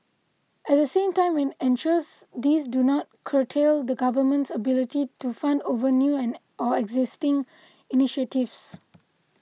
at the same time it ensures these do not curtail the Government's ability to fund other new or existing initiatives